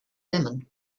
lemon